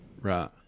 Right